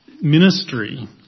ministry